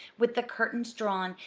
with the curtains drawn,